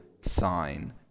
sign